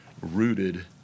rooted